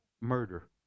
murder